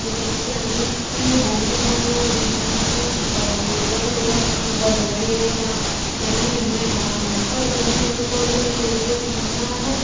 যেতিয়া নেকি আমি বহুতো ধৰণৰ বিভিন্ন ধৰণৰ ৰে'লৰ হেৰিয়াত যাওঁ কিবা বেলেগ হেৰিয়াত যাওঁ তেতিয়া মানে সেইটো মানে নহয় মানে ছ' এতিয়া মানে সেইটো ক'বলৈ বিচাৰিছোঁ যে কিছুমানৰ কাৰণে